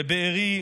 לבארי,